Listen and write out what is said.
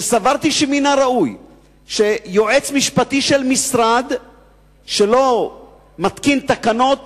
שסברתי שמן הראוי שיועץ משפטי של משרד שלא מתקין תקנות,